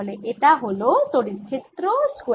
তাহলে এটা হল তড়িৎ ক্ষেত্র স্কয়ার dV